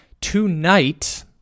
Tonight